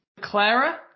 Clara